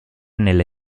nelle